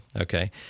Okay